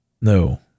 No